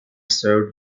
served